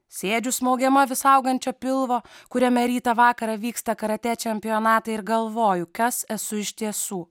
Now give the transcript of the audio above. sėdžiu smaugiama vis augančio pilvo kuriame rytą vakarą vyksta karatė čempionatai ir galvoju kas esu iš tiesų